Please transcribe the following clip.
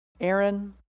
Aaron